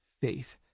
faith